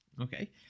Okay